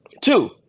two